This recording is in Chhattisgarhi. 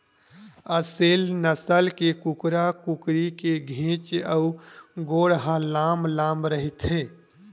असेल नसल के कुकरा कुकरी के घेंच अउ गोड़ ह लांम लांम रहिथे